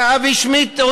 לאבי שמידט,